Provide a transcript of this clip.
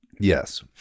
Yes